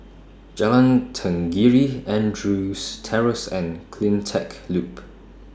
Jalan Tenggiri Andrews Terrace and CleanTech Loop